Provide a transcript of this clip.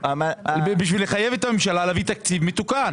בשביל לחייב את הממשלה להביא תקציב מתוקן.